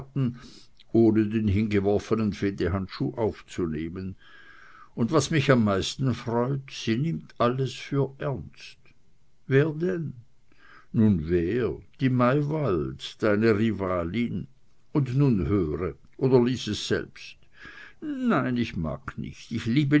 ohne den hingeworfenen fehdehandschuh aufzunehmen und was mich am meisten freut sie nimmt es alles für ernst wer denn nun wer die maywald deine rivalin und nun höre oder lies es selbst nein ich mag nicht ich liebe